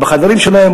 הם בחדרים שלהם,